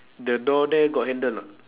the door there got handle or not